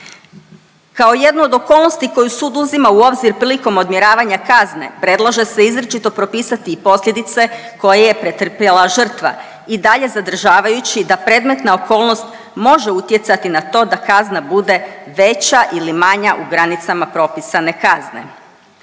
Kao jednu od okolnosti koju sud uzima u obzir prilikom odmjeravanje kazne, predlaže se izričito propisati i posljedice koje je pretrpjela žrtva i dalje zadržavajući da predmetna okolnost može utjecati na to da kazna bude veća ili manja u granicama propisane kazne.